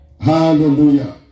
Hallelujah